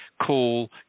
call